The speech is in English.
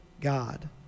God